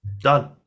Done